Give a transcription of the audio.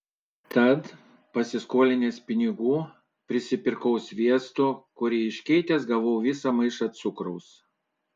tad pasiskolinęs pinigų prisipirkau sviesto kurį iškeitęs gavau visą maišą cukraus